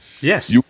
Yes